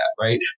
right